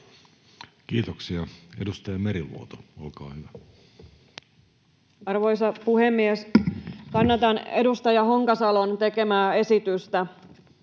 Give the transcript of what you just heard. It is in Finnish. Kiitoksia. — Edustaja Meriluoto, olkaa hyvä. Arvoisa puhemies! Kannatan edustaja Honkasalon tekemää esitystä.